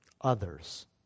Others